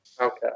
Okay